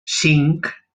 cinc